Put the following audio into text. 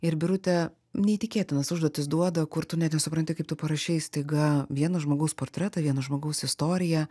ir birutė neįtikėtinas užduotis duoda kur tu net nesupranti kaip tu parašei staiga vieno žmogaus portretą vieno žmogaus istoriją